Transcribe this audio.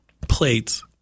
plates